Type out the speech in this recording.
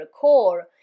core